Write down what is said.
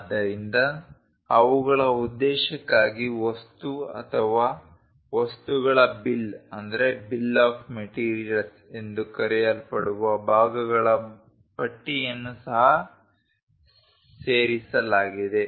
ಆದ್ದರಿಂದ ಅವುಗಳ ಉದ್ದೇಶಕ್ಕಾಗಿ ವಸ್ತು ಅಥವಾ ವಸ್ತುಗಳ ಬಿಲ್ ಎಂದು ಕರೆಯಲ್ಪಡುವ ಭಾಗಗಳ ಪಟ್ಟಿಯನ್ನು ಸಹ ಸೇರಿಸಲಾಗಿದೆ